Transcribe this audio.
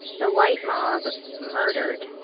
the white mob murdered.